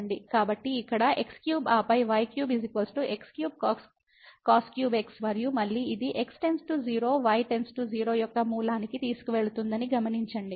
కాబట్టి ఇక్కడ x3 ఆపై y3 x3cos3x మరియు మళ్ళీ ఇది x → 0 y → 0 యొక్క మూలానికి తీసుకువెళుతుందని గమనించండి